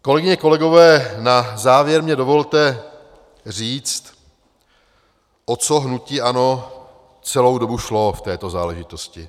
Kolegyně, kolegové, na závěr mi dovolte říct, o co hnutí ANO celou dobu šlo v této záležitosti.